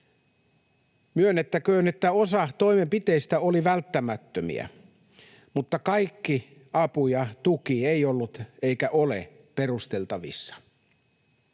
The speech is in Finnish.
Myönnettäköön, että osa toimenpiteistä oli välttämättömiä, mutta kaikki apu ja tuki ei ollut eikä ole perusteltavissa.